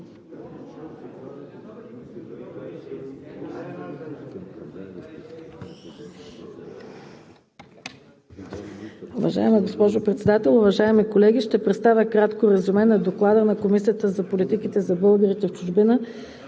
Уважаема госпожо Председател, уважаеми колеги, ще представя кратко резюме на Доклада на Комисията по политиките за българите в чужбина.